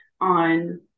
on